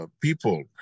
people